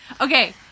Okay